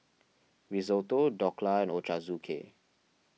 Risotto Dhokla and Ochazuke